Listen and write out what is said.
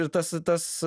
ir tas tas